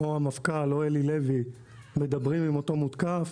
או המפכ"ל או אלי לוי מדברים עם אותו מותקף,